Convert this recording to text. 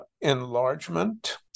enlargement